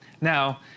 Now